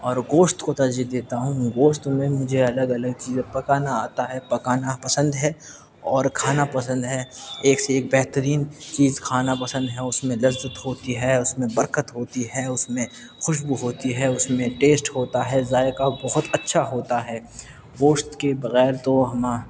اور گوشت کو ترجیح دیتا ہوں میں گوشت میں مجھے الگ الگ چیزیں پکانا آتا ہے پکانا پسند ہے اور کھانا پسند ہے ایک سے ایک بہترین چیز کھانا پسند ہے اس میں لذت ہوتی ہے اس میں برکت ہوتی ہے اس میں خوشبو ہوتی ہے اس میں ٹیسٹ ہوتا ہے ذائقہ بہت اچھا ہوتا ہے گوشت کے بغیر تو ہما